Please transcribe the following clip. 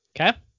Okay